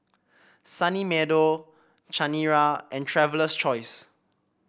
Sunny Meadow Chanira and Traveler's Choice